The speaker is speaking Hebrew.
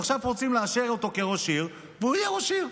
ועכשיו רוצים לאשר אותו כראש עיר והוא יהיה ראש עיר.